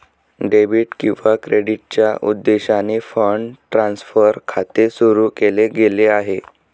debit किंवा क्रेडिटच्या उद्देशाने फंड ट्रान्सफर खाते सुरू केले गेले आहे